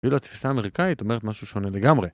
ואילו התפיסה האמריקאית אומרת משהו שונה לגמרי.